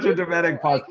dramatic pause.